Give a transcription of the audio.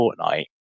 Fortnite